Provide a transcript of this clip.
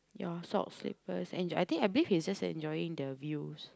ya socks slippers and I think I believe he is just enjoying the views